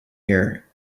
here